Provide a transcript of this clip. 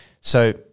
So-